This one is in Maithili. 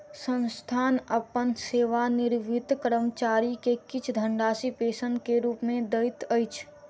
संस्थान अपन सेवानिवृत कर्मचारी के किछ धनराशि पेंशन के रूप में दैत अछि